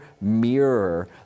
mirror